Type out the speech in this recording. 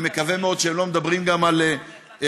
אני מקווה מאוד שהם לא מדברים גם על עיתונאים.